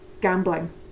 gambling